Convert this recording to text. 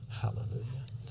hallelujah